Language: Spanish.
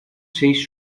seis